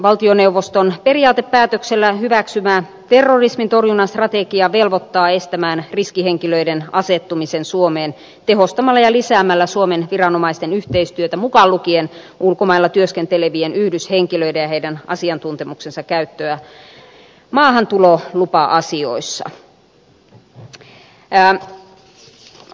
valtioneuvoston periaatepäätöksellä hyväksymä terrorismin torjunnan strategia velvoittaa estämään riskihenkilöiden asettumisen suomeen tehostamalla ja lisäämällä suomen viranomaisten yhteistyötä mukaan lukien ulkomailla työskentelevien yhdyshenkilöiden ja heidän asiantuntemuksensa käyttöä maahantulolupa asioissa